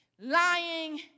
lying